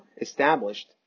established